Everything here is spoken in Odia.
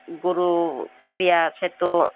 ଗୁରୁପ୍ରିୟା ସେତୁ